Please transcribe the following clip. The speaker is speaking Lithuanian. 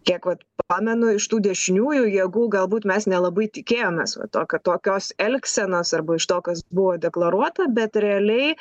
kiek vat pamenu iš tų dešiniųjų jėgų galbūt mes nelabai tikėjomės va to kad tokios elgsenos arba iš to kas buvo deklaruota bet realiai